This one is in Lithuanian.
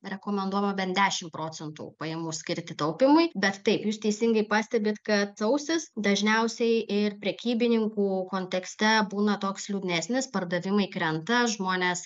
rekomenduojama bent dešim procentų pajamų skirti taupymui bet taip jūs teisingai pastebit kad sausis dažniausiai ir prekybininkų kontekste būna toks liūdnesnis pardavimai krenta žmonės